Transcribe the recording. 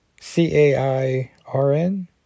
C-A-I-R-N